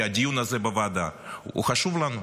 כי הדיון הזה בוועדה הוא חשוב לנו.